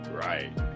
Right